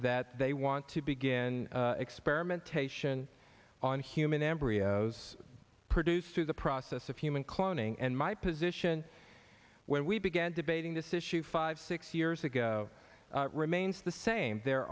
that they want to begin experimentation on human embryos produced through the process of human cloning and my position when we began debating this issue five six years ago remains the same there